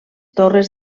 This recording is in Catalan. torres